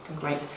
great